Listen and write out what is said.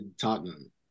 Tottenham